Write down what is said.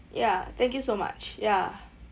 ya thank you so much ya